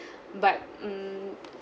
but mm